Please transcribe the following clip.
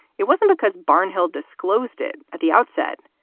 it wasn't because barnhill disclosed it at the outset.